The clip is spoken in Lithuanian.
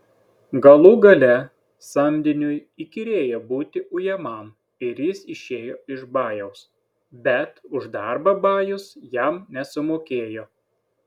galų gale samdiniui įkyrėjo būti ujamam ir jis išėjo iš bajaus bet už darbą bajus jam nesumokėjo